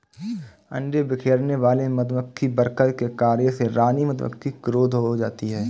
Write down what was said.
अंडे बिखेरने वाले मधुमक्खी वर्कर के कार्य से रानी मधुमक्खी क्रुद्ध हो जाती है